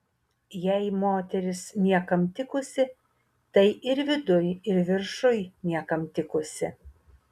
jei moteris niekam tikusi tai ir viduj ir viršuj niekam tikusi